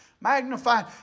Magnified